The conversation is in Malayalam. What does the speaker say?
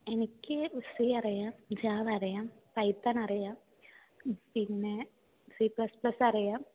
എനിക്ക് സി അറിയാം ജാവയറിയാം പൈതണറിയാം പിന്നേ സിപ്ലസ്പ്ലസ് അറിയാം